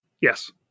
Yes